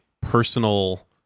personal